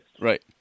Right